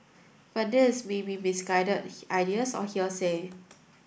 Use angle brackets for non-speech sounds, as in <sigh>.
but these may be misguided <noise> ideas or hearsay